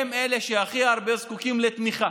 הם אלה שהכי הרבה זקוקים לתמיכה.